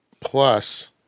Plus